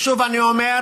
שוב אני אומר: